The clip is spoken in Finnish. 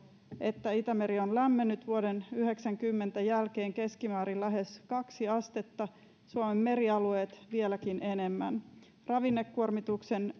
että itämeri on lämmennyt vuoden yhdeksänkymmentä jälkeen keskimäärin lähes kaksi astetta suomen merialueet vieläkin enemmän ravinnekuormituksen